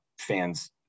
fans